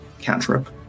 Cantrip